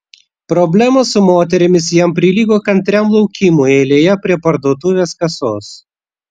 problemos su moterimis jam prilygo kantriam laukimui eilėje prie parduotuvės kasos